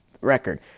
record